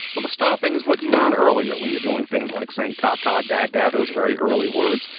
well, the stopping is what you learn earlier when you're doing things like saying tatau, dad, dad, those very early words.